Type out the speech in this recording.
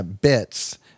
bits